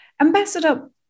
Ambassador